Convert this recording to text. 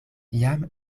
jam